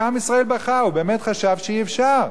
כי עם ישראל בכה, הוא באמת חשב שאי-אפשר.